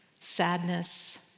sadness